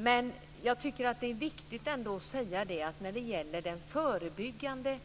Men jag tycker ändå att det är viktigt att säga att den förebyggande